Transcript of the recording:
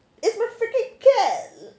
it's my freaking pet